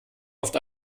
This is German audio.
oft